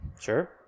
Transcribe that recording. Sure